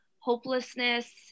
hopelessness